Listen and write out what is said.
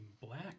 black